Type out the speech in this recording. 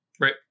Right